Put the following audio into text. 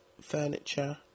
furniture